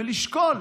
ולשקול.